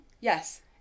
Yes